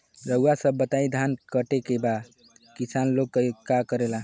रउआ सभ बताई धान कांटेके बाद किसान लोग का करेला?